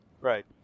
Right